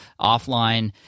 offline